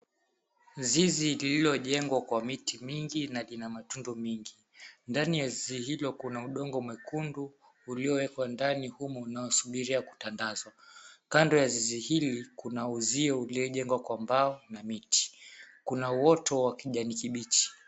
Zizi lililojengwa kwa miti mingi na ina matundo mingi ndani ya zizi hilo, kuna udongo mwekundu uliowekwa ndani humo unaosubiria kutatazwa kando ya zizi hiyo, kuna uzio uliojengwa kwa mbao na miti kuna uoto wa kijani kibichi.